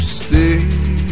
stay